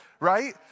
right